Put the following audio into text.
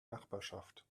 nachbarschaft